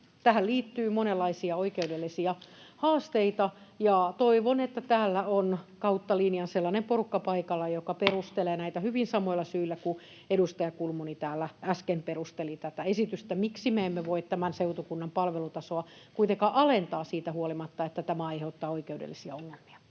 Tähän liittyy monenlaisia oikeudellisia haasteita, ja toivon, että täällä on kautta linjan sellainen porukka paikalla, joka perustelee näitä hyvin samoilla syillä kuin edustaja Kulmuni täällä äsken perusteli tätä esitystä, miksi me emme voi tämän seutukunnan palvelutasoa kuitenkaan alentaa siitä huolimatta, että tämä aiheuttaa oikeudellisia ongelmia.